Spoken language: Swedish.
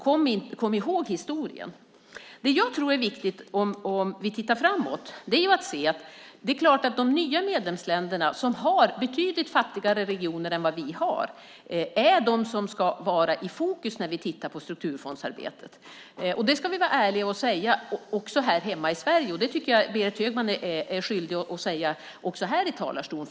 Kom ihåg historien! Jag tror att det framöver är viktigt att se att de nya medlemsländerna som har betydligt fattigare regioner än vi är de som ska vara i fokus när vi tittar på strukturfondsarbetet. Det ska vi vara ärliga och säga också här hemma i Sverige. Jag tycker att också Berit Högman är skyldig att säga det i talarstolen.